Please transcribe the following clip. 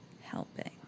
helping